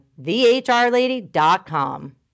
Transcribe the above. thehrlady.com